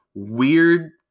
weird